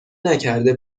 نکرده